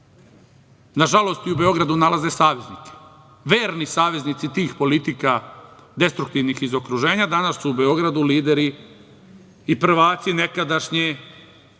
nažalost, i u Beogradu nalaze saveznike. Verni saveznici tih politika destruktivnih iz okruženja danas su u Beogradu lideri i prvaci nekadašnje